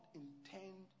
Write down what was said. intend